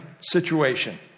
situation